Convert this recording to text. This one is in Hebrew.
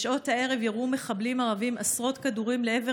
בשעות הערב ירו מחבלים ערבים עשרות כדורים לעבר